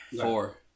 four